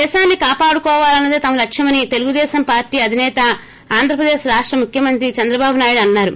దేశాన్ని కాపాడుకోవాలన్నదే తమ లక్ష్యమని తెలుగుదేశం పార్లీ అధిసేత ఆంధ్రప్రదేశ్ రాష్ణ ముఖ్యమంత్రి చంద్రబాబు నాయుడు అన్నారు